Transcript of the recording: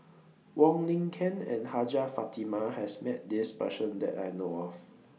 Wong Lin Ken and Hajjah Fatimah has Met This Person that I know of